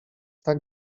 tak